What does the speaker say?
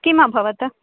किम् अभवत्